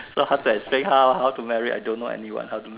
so how to explain how how to marry I don't know anyone how to